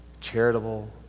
charitable